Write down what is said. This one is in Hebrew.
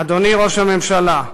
אדוני ראש הממשלה,